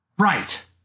Right